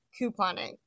couponing